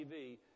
TV